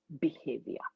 behavior